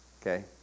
Okay